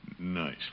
Nice